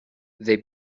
they